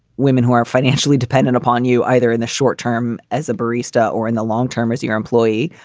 women who are financially dependent upon you either in the short term as a barista or in the long term as your employee,